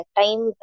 time